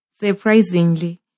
Surprisingly